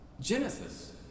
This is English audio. Genesis